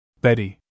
Betty